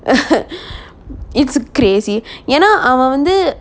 it's crazy ஏன்னா அவன் வந்து:eanna avan vanthu